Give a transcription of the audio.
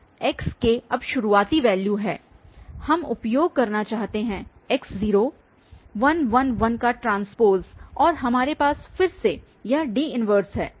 xk अब शुरुआती value है हम उपयोग करना चाहते हैं x0111T और हमारे पास फिर से यह D 1 है